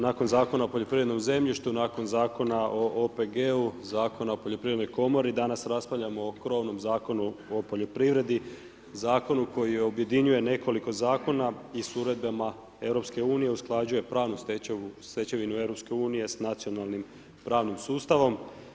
Nakon Zakona o poljoprivrednom zemljištu, nakon Zakona o OPG-u, Zakona o poljoprivrednoj komori, danas raspravljamo o krovnom Zakonu o poljoprivredi, zakonu koji objedinjuje nekoliko zakona, i uredbama EU usklađuje pravnu stečevinu EU, sa nacionalnim pravnim sustavom.